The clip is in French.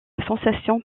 sensation